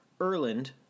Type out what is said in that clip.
Erland